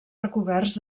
recoberts